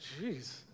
Jeez